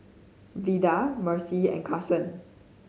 Vida Mercy and Carson